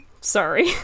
Sorry